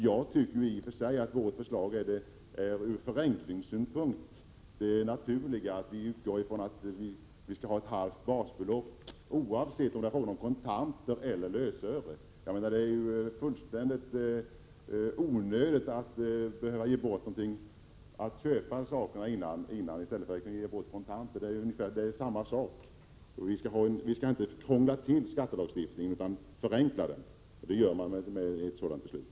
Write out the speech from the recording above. Jag tycker i och för sig att vårt förslag ur förenklingssynpunkt är det naturliga — att vi utgår från att det skall vara ett halvt basbelopp, oavsett om det gäller kontanter eller lösöre. Det är ju helt onödigt att man först skall behöva köpa en sak i stället för att direkt ge bort kontanter. Här är det fråga om samma sak, och vi skall inte krångla till skattelagstiftningen utan förenkla den. Det gör man genom att besluta i enlighet med vårt förslag.